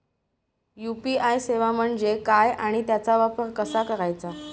UPI सेवा म्हणजे काय आणि त्याचा वापर कसा करायचा?